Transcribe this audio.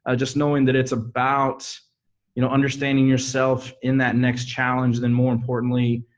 ah just knowing that it's about you know understanding yourself in that next challenge, then more importantly,